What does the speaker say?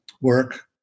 work